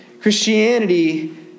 Christianity